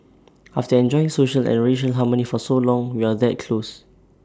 after enjoying social and racial harmony for so long we are that close